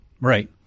Right